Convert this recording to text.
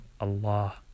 Allah